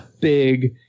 big